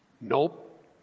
Nope